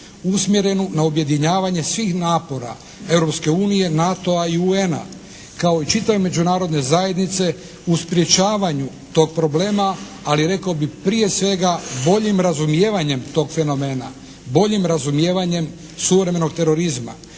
usmjerenu na objedinjavanje svih napora Europske unije, NATO-a i UN-a, kao i čitave međunarodne zajednice u sprječavanju tog problema, ali rekao bih prije svega boljim razumijevanjem tog fenomena, boljim razumijevanjem suvremenog terorizma.